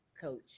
coach